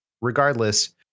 Regardless